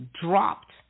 dropped